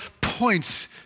points